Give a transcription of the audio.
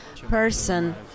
person